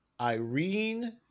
Irene